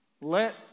Let